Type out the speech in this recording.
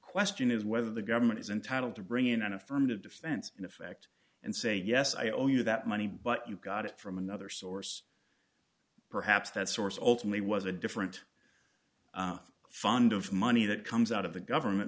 question is whether the government is entitled to bring in an affirmative defense in effect and say yes i owe you that money but you got it from another source perhaps that source ultimately was a different fund of money that comes out of the government